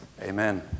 Amen